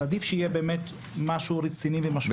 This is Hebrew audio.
עדיף שיהיה משהו רציני ומשמעותי.